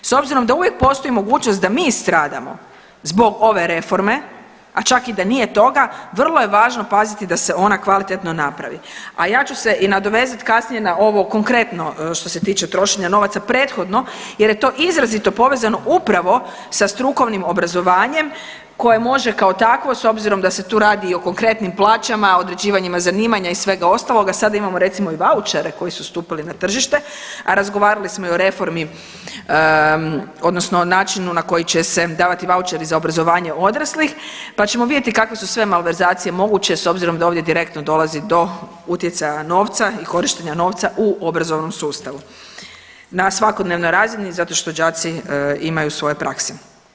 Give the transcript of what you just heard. S obzirom da uvijek postoji mogućnost da mi stradamo zbog ove reforme, a čak i da nije toga vrlo je važno paziti da se ona kvalitetno napravi a ja ću se i nadovezati kasnije na ovo konkretno što se tiče trošenja novaca prethodno jer je to izrazito povezano upravo sa strukovnim obrazovanjem koje može kao takvo s obzirom da se tu radi i o konkretnim plaćama, određivanjima zanimanja i svega ostaloga sada imamo recimo i vaučere koji su stupili na tržište, a razgovarali smo i o reformi odnosno načinu na koji će se davati vaučeri za obrazovanje odraslih, pa ćemo vidjeti kakve su sve malverzacije moguće s obzirom da ovdje direktno dolazi do utjecaja novca i korištenja novca u obrazovnom sustavu na svakodnevnoj razini zato što đaci imaju svoje prakse.